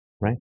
right